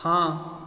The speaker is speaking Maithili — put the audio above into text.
हँ